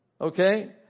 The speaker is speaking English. Okay